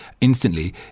instantly